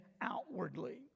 outwardly